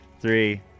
Three